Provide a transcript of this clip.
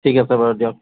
ঠিক আছে বাৰু দিয়ক